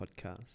podcast